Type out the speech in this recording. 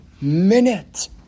minute